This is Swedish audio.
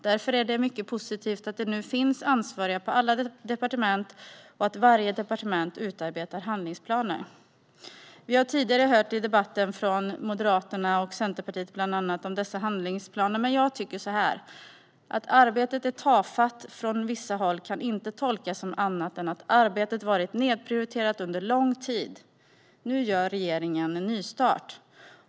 Därför är det mycket positivt att det nu finns ansvariga på alla departement och att varje departement utarbetar handlingsplaner. Vi har tidigare i debatten hört från bland andra Moderaterna och Centerpartiet om dessa handlingsplaner. Att arbetet är tafatt från vissa håll tycker jag dock inte kan tolkas som annat än att detta arbete har varit nedprioriterat under lång tid. Nu gör regeringen en nystart.